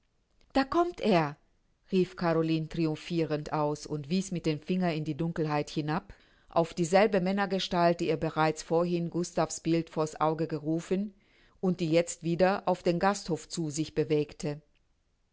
da kommt er rief caroline triumphirend aus und wies mit dem finger in die dunkelheit hinab auf dieselbe männergestalt die ihr bereits vorhin gustav's bild vor's auge gerufen und die jetzt wieder auf den gasthof zu sich bewegte